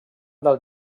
del